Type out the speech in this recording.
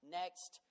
next